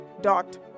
dot